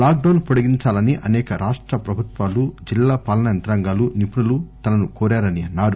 lock down పొడిగించాలని అసేక రాష్ట ప్రభుత్వాలు జిల్లా పాలనా యంత్రాంగాలు నిపుణులు తనను కోరారన్నారు